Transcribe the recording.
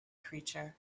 creature